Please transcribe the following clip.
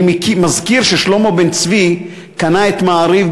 אני מזכיר ששלמה בן-צבי קנה את "מעריב"